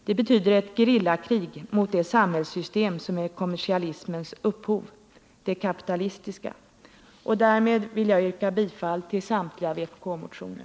Det betyder ett gerillakrig mot det samhällssystem som är kommersialismens upphov, det kapitalistiska.” Därmed vill jag yrka bifall till samtliga vpk-motioner.